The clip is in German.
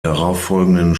darauffolgenden